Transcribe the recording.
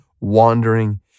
wandering